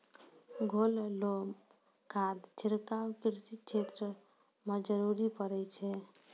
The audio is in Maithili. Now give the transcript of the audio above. घोललो खाद छिड़काव कृषि क्षेत्र म जरूरी पड़ै छै